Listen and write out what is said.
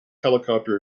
helicopter